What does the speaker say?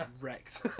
wrecked